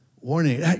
warning